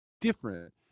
different